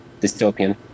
dystopian